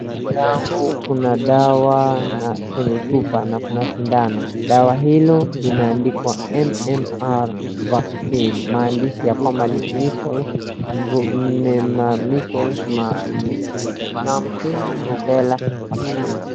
Mbele yangu kuna dawa kwenye chupa na kuna sindano, dawa hilo limeandikwa MMR vaccine, maandishi ya kwamba measles, mumps, rubella vaccine .